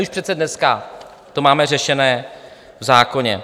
My už přece dneska to máme řešené v zákoně.